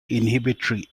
inhibitory